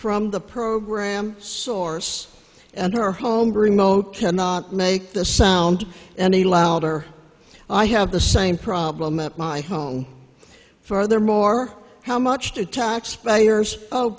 from the program source and her home remote cannot make the sound any louder i have the same problem at my home furthermore how much to taxpayers oh